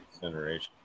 generation